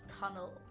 tunnel